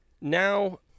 Now